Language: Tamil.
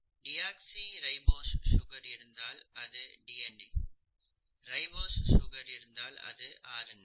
டியோக்ஸிரைபோஸ் சுகர் இருந்தால் அது டிஎன்ஏ ரைபோஸ் சுகர் இருந்தால் அது ஆர்என்ஏ